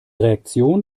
reaktion